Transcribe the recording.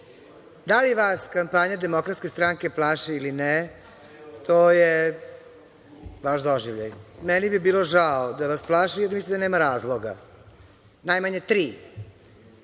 li vas kampanja DS plaši ili ne, to je vaš doživljaj. Meni bi bilo žao da vas plaši, jer mislim da nema razloga. Najmanje tri